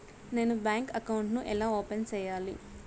నేను bank account ను ఎలా ఓపెన్ సేయాలి?